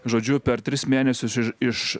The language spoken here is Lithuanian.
žodžiu per tris mėnesius iš iš